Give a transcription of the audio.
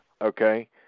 Okay